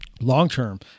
long-term